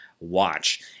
watch